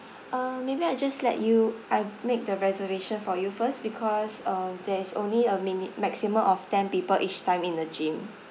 um maybe I just let you I have made the reservation for you first because um there is only a mini~ maximum of ten people each time in a gym